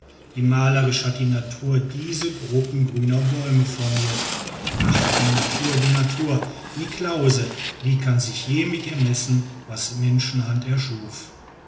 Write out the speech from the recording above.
wie malerisch hat die natur diese gruppen grüner bäume formirt ach die natur die natur niklausse wie kann sich je mit ihr messen was menschenhand erschuf